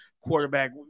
quarterback